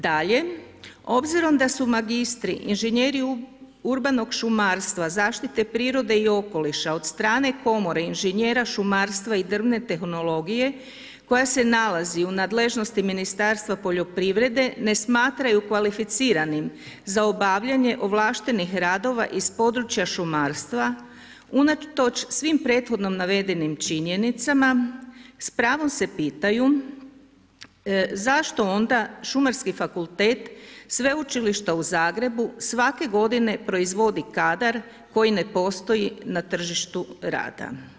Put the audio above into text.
Dalje, obzirom da su magistri inženjeri urbanog šumarstva, zaštite prirode i okoliša od strane komore inženjera šumarstva i drvne tehnologije koja se nalazi u nadležnosti Ministarstva poljoprivrede ne smatraju kvalificiranim za obavljanje ovlaštenih radova iz područja šumarstva, unatoč svim prethodno navedenim činjenicama s pravom se pitaju zašto onda šumarski fakultet sveučilišta u Zagrebu svake godine proizvodi kadar koji ne postoji na tržištu rada.